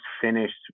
finished